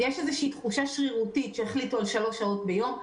יש תחושה שהחליטו על שלוש שעות באופן שרירותי.